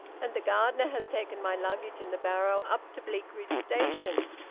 and the gardener has taken my luggage in the barrow up to bleakridge station.